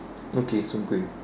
okay soon-Kueh